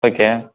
okay